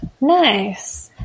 Nice